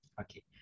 okay